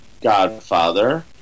Godfather